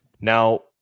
Now